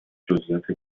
جزییات